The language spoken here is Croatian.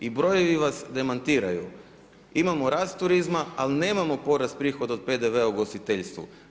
I brojevi vas demantiraju, imamo rast turizma, ali nemamo porast prihoda od PDV-a u ugostiteljstvu.